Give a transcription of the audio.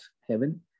heaven